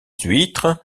huîtres